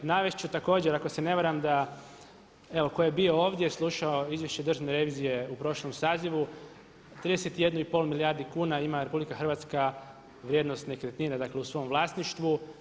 Navest ću također ako se ne varam da evo tko je bio ovdje slušao izvješće Državne revizije u prošlom sazivu 31 i pol milijardu kuna ima RH vrijednost nekretnina, dakle u svom vlasništvu.